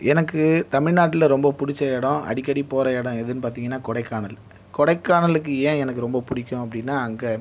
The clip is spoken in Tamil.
எனக்குத் தமிழ்நாட்டில் ரொம்ப பிடிச்ச இடம் அடிக்கடி போகிற இடம் எதுன்னு பார்த்தீங்கன்னா கொடைக்கானல் கொடைக்கானலுக்கு ஏன் எனக்கு ரொம்ப பிடிக்கும் அப்படின்னா அங்கே